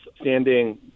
standing